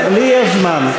לי יש זמן.